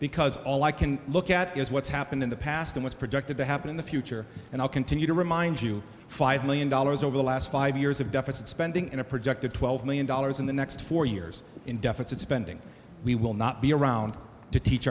because all i can look at is what's happened in the past in what's projected to happen in the future and i'll continue to remind you five million dollars over the last five years of deficit spending and a projected twelve million dollars in the next four years in deficit spending we will not be around to teach